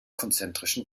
konzentrischen